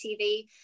TV